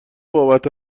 بابت